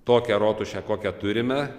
tokią rotušę kokią turime